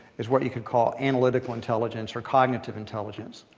is what you could call analytical intelligence or cognitive intelligence,